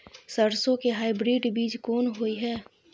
सरसो के हाइब्रिड बीज कोन होय है?